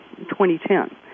2010